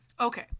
Okay